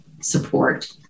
support